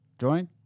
join